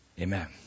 amen